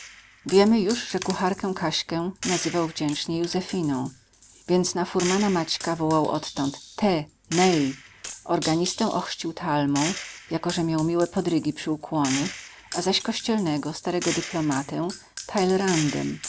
wiemy już że kucharkę kaśkę nazywał wdzięcznie józefiną więc na furmana maćka wołał odtąd te ney organistę ochrzcił talmą jako że miał miłe podrygi przy ukłonie a zaś kościelnego starego dyplomatę taylerandem